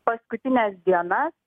paskutines dienas